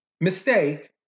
mistake